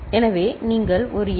எனவே நீங்கள் ஒரு எல்